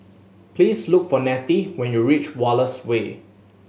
please look for Nettie when you reach Wallace Way